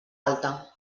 alta